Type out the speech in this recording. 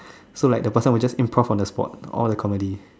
so like the person would just improv on the spot all the comedy